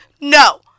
No